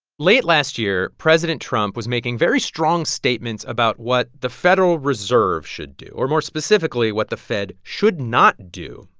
late last year, president trump was making very strong statements about what the federal reserve should do, or more specifically, what the fed should not do.